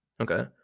Okay